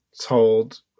told